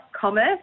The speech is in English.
commerce